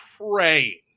praying